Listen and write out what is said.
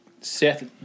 Seth